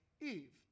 Eve